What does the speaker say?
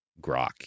grok